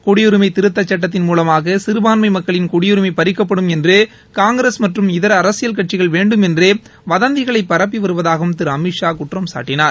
குடியுரிமை திருத்த சுட்டத்தின் மூலமாக சிறுபான்மை மக்களின் குடியுரிமை பறிக்கப்படும் என்று காங்கிரஸ் மற்றும் இதர் அரசியல் கட்சிகள் வேண்டும் என்றே வதந்திகளை பரப்பி வருவதாகவும் திரு அமித் ஷா குற்றம்சாட்டினார்